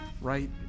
Right